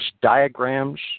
diagrams